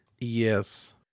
Yes